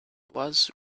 was